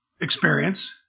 experience